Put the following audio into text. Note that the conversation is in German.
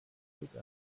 kritik